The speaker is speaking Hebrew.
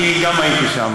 אני גם הייתי שם,